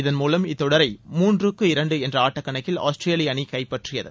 இதன் மூலம் இத்தொடரை மூன்றுக்கு இரண்டு என்ற ஆட்டக்கணக்கில் ஆஸ்திரேலிய அணி கைப்பற்றியது